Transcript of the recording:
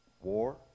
war